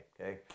Okay